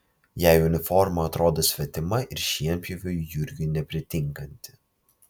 jai uniforma atrodo svetima ir šienpjoviui jurgiui nepritinkanti